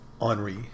Henri